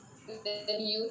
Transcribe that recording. to threaten you